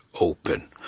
open